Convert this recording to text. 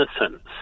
innocence